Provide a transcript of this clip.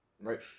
right